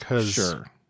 Sure